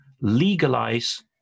legalize